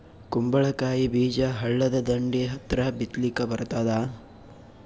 ಕುಂಬಳಕಾಯಿ ಬೀಜ ಹಳ್ಳದ ದಂಡಿ ಹತ್ರಾ ಬಿತ್ಲಿಕ ಬರತಾದ?